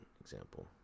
example